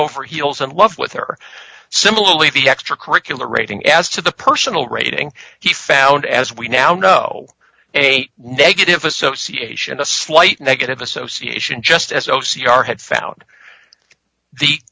over heels in love with her similarly the extracurricular rating as to the personal rating he found as we now know a negative association a slight negative association just as o c r had found the